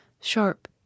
sharp